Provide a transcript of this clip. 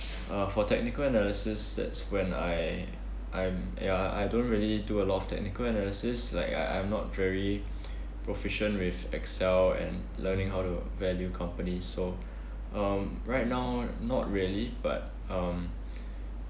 uh for technical analysis that's when I I'm ya I don't really do a lot of technical analysis like I I'm not very proficient with excel and learning how to value companies so um right now not really but um